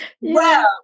Wow